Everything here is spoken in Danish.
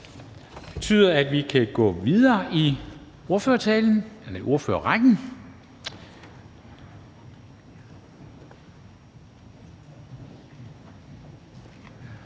Det betyder, at vi kan gå videre i ordførerrækken.